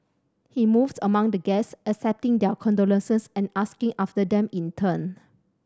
he moved among the guests accepting their condolences and asking after them in turn